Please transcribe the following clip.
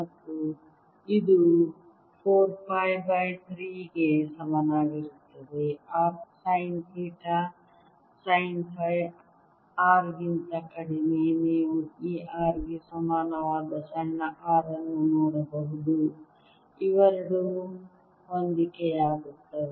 ಮತ್ತು ಇದು 4 pi by 3 ಕ್ಕೆ ಸಮನಾಗಿರುತ್ತದೆ r sine theta sine phi r R ಗಿಂತ ಕಡಿಮೆ ನೀವು R ಗೆ ಸಮಾನವಾದ ಸಣ್ಣ r ಅನ್ನು ನೋಡಬಹುದು ಇವೆರಡೂ ಹೊಂದಿಕೆಯಾಗುತ್ತವೆ